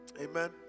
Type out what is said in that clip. Amen